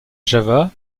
java